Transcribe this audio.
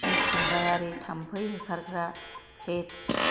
मिथिंगायारि थामफै होखारग्रा पेटच